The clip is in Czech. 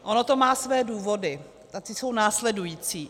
Ono to má své důvody a ty jsou následující.